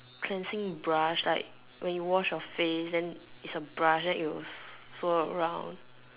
can see brush like when you wash your face then it's a brush then it will follow around